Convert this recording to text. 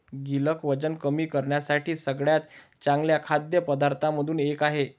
गिलक वजन कमी करण्यासाठी सगळ्यात चांगल्या खाद्य पदार्थांमधून एक आहे